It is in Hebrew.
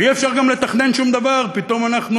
ואי-אפשר גם לתכנן שום דבר, פתאום אנחנו